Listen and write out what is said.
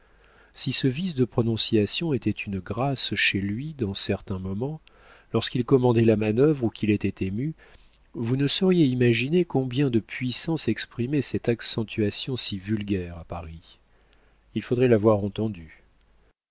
si ce vice de prononciation était une grâce chez lui dans certains moments lorsqu'il commandait la manœuvre ou qu'il était ému vous ne sauriez imaginer combien de puissance exprimait cette accentuation si vulgaire à paris il faudrait l'avoir entendu